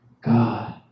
God